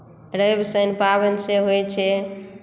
रवि शनि पाबनि से होइत छै